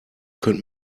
könnt